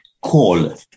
call